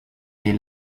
des